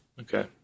Okay